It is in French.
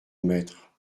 maître